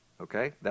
Okay